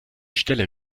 stelle